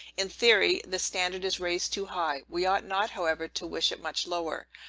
in theory, the standard is raised too high we ought not, however, to wish it much lower.